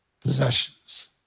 possessions